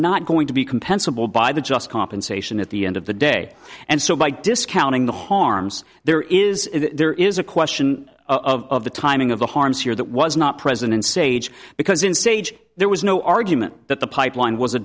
not going to be compensable by the just compensation at the end of the day and so by discounting the harms there is there is a question of the timing of the harms here that was not present in sage because in stage there was no argument that the pipeline was a